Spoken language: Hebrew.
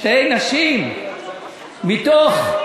שתי נשים מתוך,